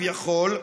כביכול,